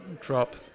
drop